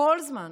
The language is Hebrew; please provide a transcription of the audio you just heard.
כל זמן